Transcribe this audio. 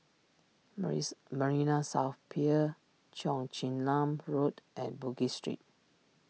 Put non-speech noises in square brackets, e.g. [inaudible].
[unintelligible] Marina South Pier Cheong Chin Nam Road and Bugis Street